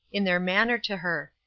in their manner to her.